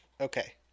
Okay